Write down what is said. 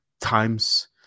times